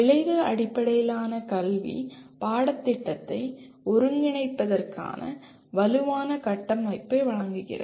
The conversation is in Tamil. விளைவு அடிப்படையிலான கல்வி பாடத்திட்டத்தை ஒருங்கிணைப்பதற்கான வலுவான "கட்டமைப்பை" வழங்குகிறது